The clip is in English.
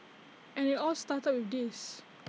and IT all started with this